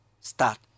Start